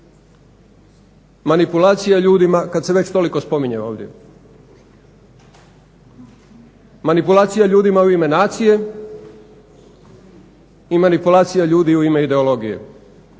manipulacija ljudima u ime nacije i manipulacija ljudi u ime ideologije.